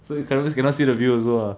so you cannot cannot see the view also ah